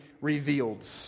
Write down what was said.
revealed